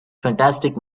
fantastic